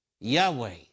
Yahweh